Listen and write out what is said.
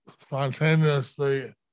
spontaneously